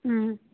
ꯎꯝ